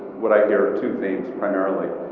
what i hear are two things primarily.